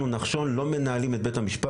אנחנו, נחשון, לא מנהלים את בית המשפט.